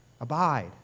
Abide